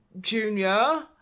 Junior